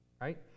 Right